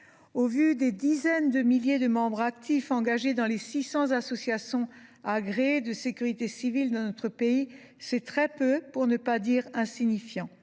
Au vu des dizaines de milliers de membres actifs engagés dans les 600 associations agréées de sécurité civile dans notre pays, c’est très peu, pour ne pas dire insignifiant.